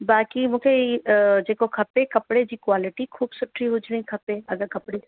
बाक़ी मूंखे जेको खपे कपिड़े जी क्वॉलिटी ख़ूबु सुठी हुजिणी खपे अगरि कपिड़े